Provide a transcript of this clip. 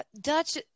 Dutch